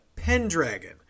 Pendragon